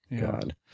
God